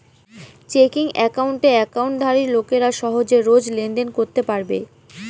checking একাউণ্টে একাউন্টধারী লোকেরা সহজে রোজ লেনদেন করতে পারবে